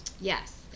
yes